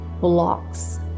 blocks